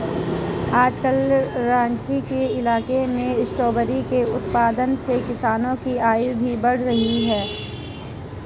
आजकल राँची के इलाके में स्ट्रॉबेरी के उत्पादन से किसानों की आय भी बढ़ रही है